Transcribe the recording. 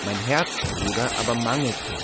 mein herzbruder aber manglete